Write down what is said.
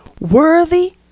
Worthy